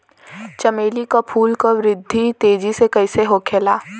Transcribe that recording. चमेली क फूल क वृद्धि तेजी से कईसे होखेला?